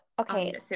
okay